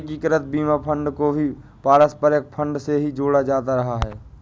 एकीकृत बीमा फंड को भी पारस्परिक फंड से ही जोड़ा जाता रहा है